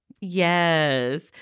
yes